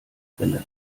rennen